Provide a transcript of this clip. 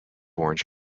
orange